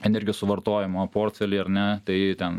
energijos suvartojimo portfelį ar ne tai ten